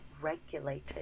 regulated